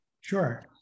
Sure